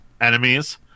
enemies